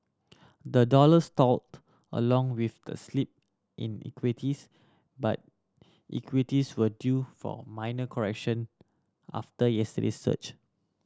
the dollar stalled along with the slip in equities but equities were due for minor correction after yesterday's surge